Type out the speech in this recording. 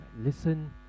Listen